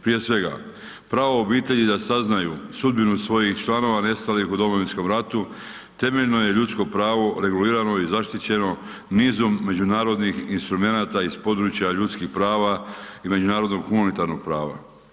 Prije svega, pravo obitelji da saznaju sudbinu svojih članova nestalih u Domovinskom ratu temeljeno je ljudsko pravo regulirano i zaštićeno nizom međunarodnih instrumenata iz područja ljudskih prava iz međunarodnog humanitarnog prava.